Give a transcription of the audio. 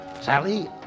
Sally